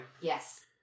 Yes